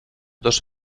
dos